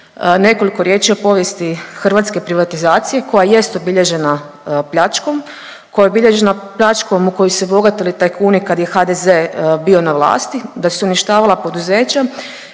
nekoliko riječi o povijesti hrvatske privatizacije koja jest obilježena pljačkom, koja je obilježena pljačkom u kojoj su se bogatili tajkuni kad je HDZ bio na vlasti, da su se uništavala poduzeća